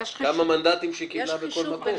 לכמה מנדטים שהיא קיבלה בכל מקום.